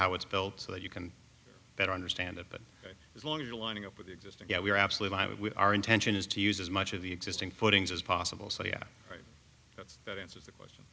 how it's felt so that you can better understand it but as long as you're lining up with the existing yeah we're absolutely i would with our intention is to use as much of the existing footings as possible so yeah right that's that answers the question